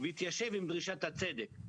וזה גם ישב 45 יום,